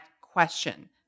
question